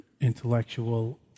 intellectual